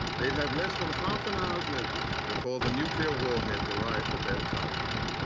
they'd have less than half an hour's notice before the nuclear warheads arrived at their targets.